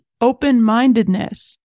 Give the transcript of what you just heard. open-mindedness